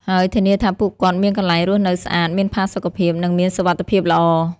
ហើយធានាថាពួកគាត់មានកន្លែងរស់នៅស្អាត មានផាសុកភាព និងមានសុវត្ថិភាពល្អ។